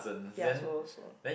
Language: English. ya so so